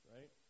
Right